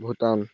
Bhutan